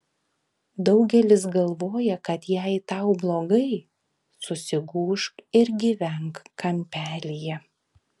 daugelis galvoja kad jei tau blogai susigūžk ir gyvenk kampelyje